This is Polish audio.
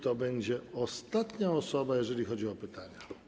To będzie ostatnia osoba, jeżeli chodzi o pytania.